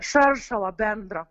šaršalo bendro